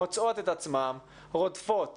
מוצאות את עצמן רודפות